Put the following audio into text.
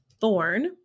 Thorn